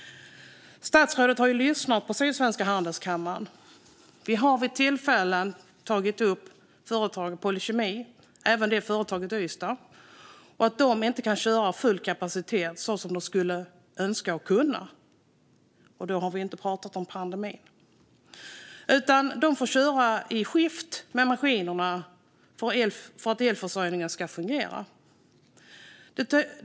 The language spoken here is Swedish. Statsrådet har lyssnat på Sydsvenska Industri och Handelskammaren. Vi har vid olika tillfällen tagit upp företaget Polykemi i Ystad och att de inte kan köra med full kapacitet som de skulle önska och kunna, och då har vi inte talat om pandemin. De får köra i skift med maskinerna för att elförsörjningen ska fungera.